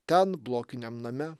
ten blokiniam name